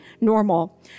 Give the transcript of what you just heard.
normal